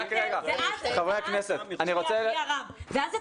אז אתה